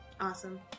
Awesome